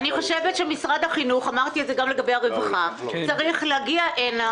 אני חושבת שמשרד החינוך צריך להגיע הנה